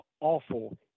awful